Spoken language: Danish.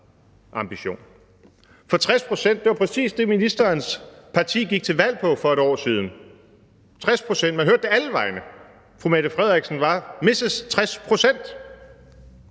ambition. For 60 pct. var præcis det, som ministerens parti gik til valg på for 1 år siden – 60 pct. Man hørte det alle vegne, fru Mette Frederiksen var Mrs. 60 pct.